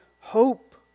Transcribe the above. hope